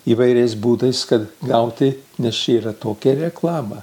įvairiais būdais kad gauti nes čia yra tokia reklama